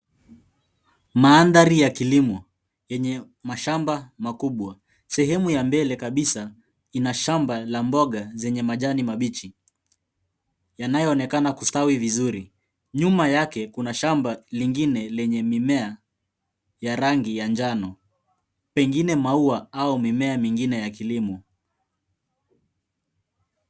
Mandhari ya kilimo yenye mashamba makubwa. Sehemu ya mbele kabisa ina shamba la mboga zenye majani mabichi, yanayoonekana kustawi vizuri. Nyuma yake kuna shamba lingine lenye mimea ya rangi ya njano, pengine maua au mimea mingine ya kilimo.